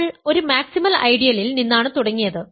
നമ്മൾ ഒരു മാക്സിമൽ ഐഡിയലിൽ നിന്നാണ് തുടങ്ങിയത്